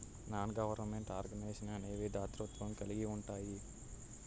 non government organisations అనేవి దాతృత్వం కలిగి ఉంటాయి